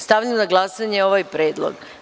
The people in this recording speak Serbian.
Stavljam na glasanje ovaj predlog.